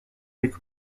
avec